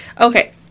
okay